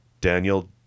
Daniel